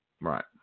Right